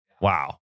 Wow